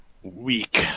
Weak